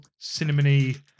cinnamony